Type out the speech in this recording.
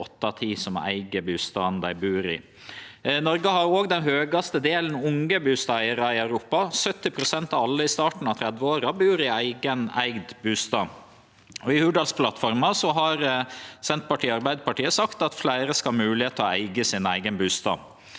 av ti som eig bustaden dei bur i. Noreg har òg den høgaste andelen unge bustadeigarar i Europa. 70 pst. av alle i starten av 30-åra bur i eigeneigd bustad. I Hurdalsplattforma har Senterpartiet og Arbeidarpartiet sagt at fleire skal ha moglegheit til å eige sin eigen bustad.